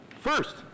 First